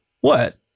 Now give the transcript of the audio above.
What